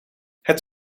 het